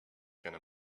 gonna